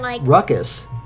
ruckus